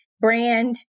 brand